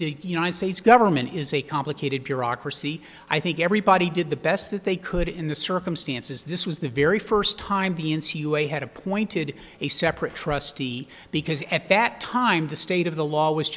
the united states government is a complicated bureaucracy i think everybody did the best that they could in the circumstances this was the very first time the n c u a had appointed a separate trustee because at that time the state of the law was